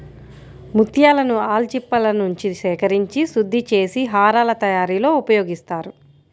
ముత్యాలను ఆల్చిప్పలనుంచి సేకరించి శుద్ధి చేసి హారాల తయారీలో ఉపయోగిస్తారు